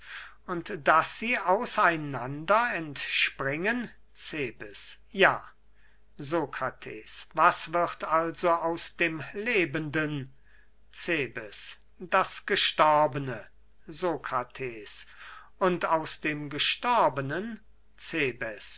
und daß sie aus einander entspringen cebes ja sokrates was wird also aus dem lebenden cebes das gestorbene sokrates und aus dem gestorbenen